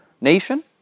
nation